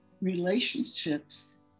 relationships